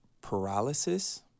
paralysis